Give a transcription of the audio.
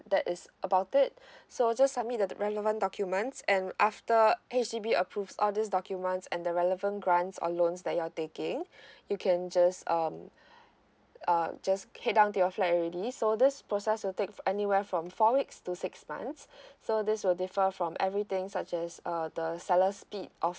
that is about it so just submit the relevant documents and after H_D_B approves all these documents and the relevant grants or loans that you're taking you can just um uh just head down to your flat already so this process will take anywhere from four weeks to six months so this will differ from everything such as err the seller's speed of